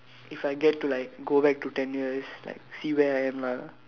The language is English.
if I get to like go back to ten years like see where I am lah